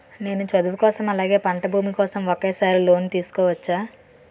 నేను చదువు కోసం అలాగే పంట భూమి కోసం ఒకేసారి లోన్ తీసుకోవచ్చా?